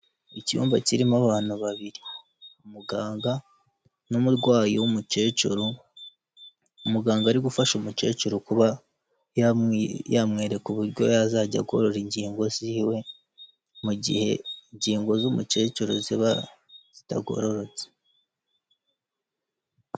Icyumba kirimo abantu babiri, umuganga n'umurwayi w'umukecuru, umuganga ari gufasha umukecuru kuba yamwereka uburyo yazajya agororora ingingo ziwe mu gihe ingingo z'umukecuru ziba zitagororotse.